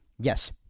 yes